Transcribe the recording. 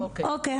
אוקי,